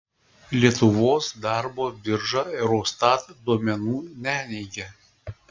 lietuvos darbo birža eurostat duomenų neneigia